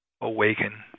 awaken